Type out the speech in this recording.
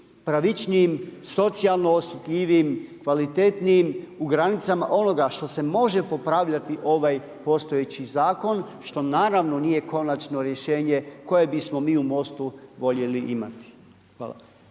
pravičniji, socijalnim osjetljivijim, kvalitetnijim, u granicama onoga što se može popravljati ovaj postojeći zakon, što naravno nije konačno rješenje koje bismo mi u Mostu voljeli imati. Hvala.